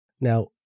Now